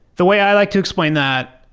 the way i like to explain that,